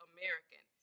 American